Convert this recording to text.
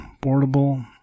portable